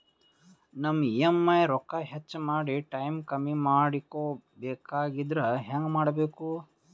ನಮ್ಮ ಇ.ಎಂ.ಐ ರೊಕ್ಕ ಹೆಚ್ಚ ಮಾಡಿ ಟೈಮ್ ಕಮ್ಮಿ ಮಾಡಿಕೊ ಬೆಕಾಗ್ಯದ್ರಿ ಹೆಂಗ ಮಾಡಬೇಕು?